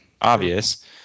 obvious